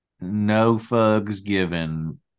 no-fugs-given